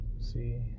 See